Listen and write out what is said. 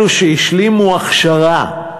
אלו שהשלימו הכשרה,